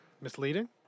Misleading